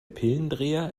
pillendreher